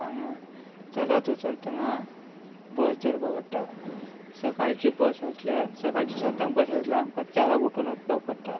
हांगा चलत वचून थंगा बस धरपा पडटा सकाळचे बस आसल्या सकाळचे सातांक बस आसल्यार आमकां चाराक उठून उठपाक पडटा